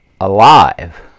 alive